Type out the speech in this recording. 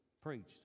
preached